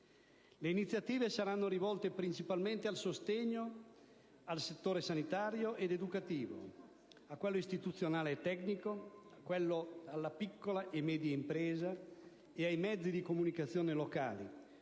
Le iniziative saranno rivolte principalmente a sostegno del settore sanitario ed educativo, di quello istituzionale e tecnico, della piccola e media impresa e dei mezzi di comunicazione locali,